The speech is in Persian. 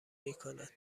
میکند